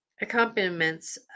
accompaniments